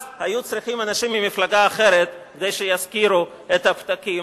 אז היו צריכים אנשים ממפלגה אחרת כדי שיזכירו את הפתקים.